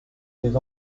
petits